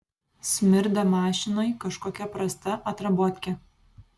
smirda mašinoj kažkokia prasta atrabotke